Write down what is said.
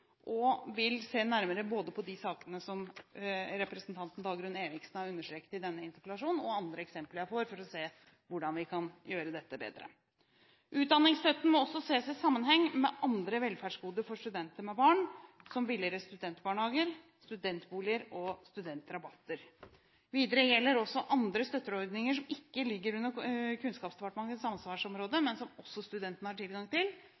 og jeg vil se nærmere på de sakene som representanten Dagrun Eriksen har understreket i denne interpellasjonen, og på andre eksempler jeg får, for å se hvordan vi kan gjøre dette bedre. Utdanningsstøtten må også ses i sammenheng med andre velferdsgoder for studenter med barn – som billigere studentbarnehager, studentboliger og studentrabatter. Videre gjelder også andre støtteordninger som ikke ligger under Kunnskapsdepartementets ansvarsområde, men som også studentene har tilgang til,